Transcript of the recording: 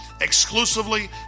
exclusively